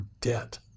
debt